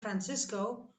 francisco